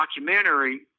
documentary